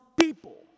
people